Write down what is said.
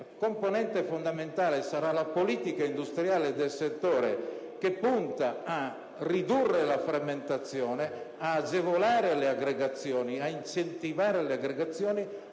componente fondamentale sarà la politica industriale del settore, che punta a ridurre la frammentazione e ad agevolare e incentivare le aggregazioni,